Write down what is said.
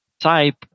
type